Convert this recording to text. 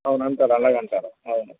అవును అంటారు అలాగే అంటారు అవును